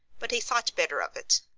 but he thought better of it.